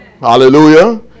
Hallelujah